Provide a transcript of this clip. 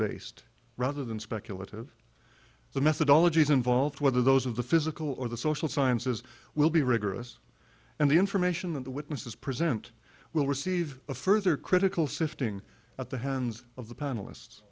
based rather than speculative the methodology is involved whether those of the physical or the social sciences will be rigorous and the information that the witnesses present will receive a further critical sifting at the hands of the panelists